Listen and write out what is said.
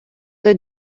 той